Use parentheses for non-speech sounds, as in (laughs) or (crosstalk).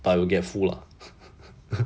but will get full lah (laughs)